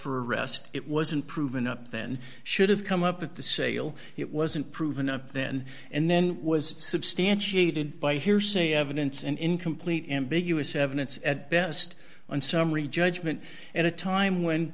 for arrest it wasn't proven up then should have come up at the sale it wasn't proven up then and then was substantiated by hearsay evidence and incomplete ambiguous evidence at best and summary judgment at a time when